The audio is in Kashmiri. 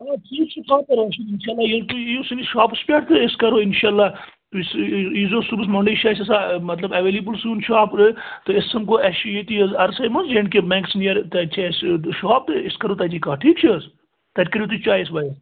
آ کینٛہہ چھُ کانٛہہ پرواے چھُنہٕ اِنشاء اللہ ییٚلہِ تُہۍ ییِو سٲنِس شاپَس پٮ۪ٹھ تہٕ أسۍ کرو اِنشاء اللہ تُہۍ سُہ ییٖزیو صُبحَس چھُ اَسہِ آسان مطلب اٮ۪ویلیبٕل تہٕ أسۍ سمکھو اَسہِ چھُ ییٚتی حظ جے اینٛڈ کے بٮ۪نٛکَس نِیَر تَتہِ چھِ اَسہِ شاپ تہٕ أسۍ کرو تَتی کَتھ ٹھیٖک چھِ حظ تَتہِ کٔرِو تُہۍ چایِس